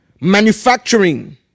Manufacturing